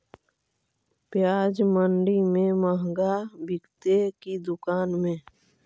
प्याज मंडि में मँहगा बिकते कि दुकान में?